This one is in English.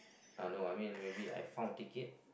uh no I mean maybe I found ticket